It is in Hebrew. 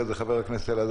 אחרי זה חבר הכנסת שטרן.